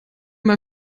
mal